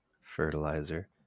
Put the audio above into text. fertilizer